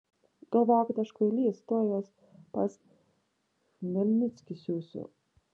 galvoja kad aš kvailys tuoj juos pas chmelnickį siųsiu